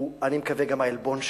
אני מקווה גם העלבון שלך,